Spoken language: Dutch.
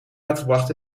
uitgebracht